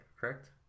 Correct